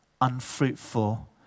unfruitful